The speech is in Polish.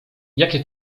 jakie